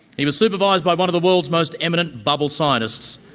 he was supervised by one of the world's most eminent bubble scientists,